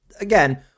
again